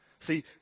See